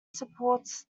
supports